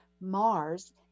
Mars